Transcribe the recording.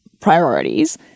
priorities